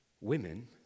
women